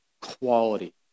quality